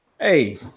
hey